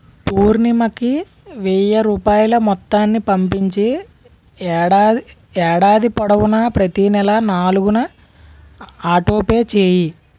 పూర్ణిమకి వెయ్యి రూపాయల మొత్తాన్ని పంపించి ఏడాది ఏడాది పొడవునా ప్రతీ నెల నాలుగున ఆటోపే చేయి